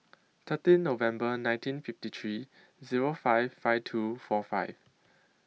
thirteen November nineteen fifty three Zero five five two four five